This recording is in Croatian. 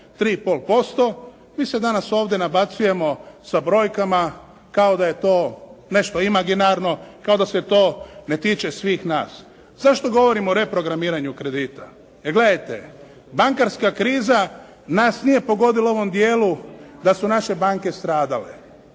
3,5% mi se danas ovdje nabacujemo sa brojkama kao da je to nešto imaginarno, kao da se to ne tiče svih nas. Zašto govorim o reprogramiranju kredita? Jer, gledajte, bankarska kriza nas nije pogodila u ovom dijelu da su naše banke stradale,